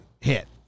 hit